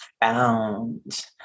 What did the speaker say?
found